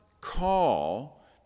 call